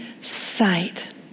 sight